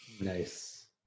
Nice